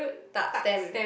tak stamp